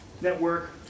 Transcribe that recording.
network